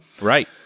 Right